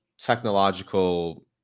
technological